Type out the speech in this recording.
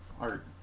art